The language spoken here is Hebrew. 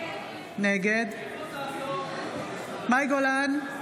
נגד מאי גולן,